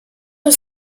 was